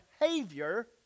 behavior